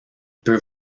peut